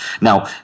Now